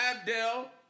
Abdel